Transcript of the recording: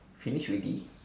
finish already